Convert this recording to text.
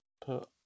put